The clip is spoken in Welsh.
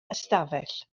ystafell